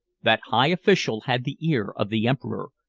that high official had the ear of the emperor,